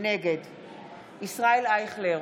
נגד ישראל אייכלר,